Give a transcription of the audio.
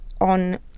on